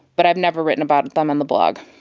but i've never written about them on the blog.